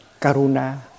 karuna